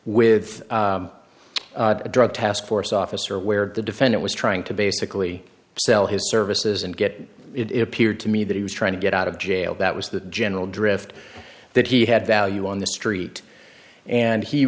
with a drug task force officer where the defendant was trying to basically sell his services and get it appeared to me that he was trying to get out of jail that was the general drift that he had value on the street and he